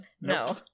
No